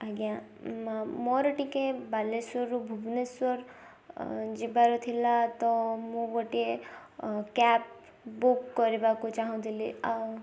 ଆଜ୍ଞା ମୋର ଟିକେ ବାଲେଶ୍ୱରରୁ ଭୁବନେଶ୍ୱର ଯିବାର ଥିଲା ତ ମୁଁ ଗୋଟିଏ କ୍ୟାବ୍ ବୁକ୍ କରିବାକୁ ଚାହୁଁଥିଲି ଆଉ